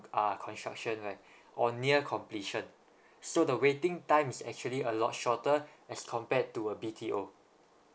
uh construction right or near completion so the waiting time is actually a lot shorter as compared to a B_T_O